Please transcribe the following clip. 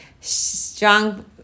strong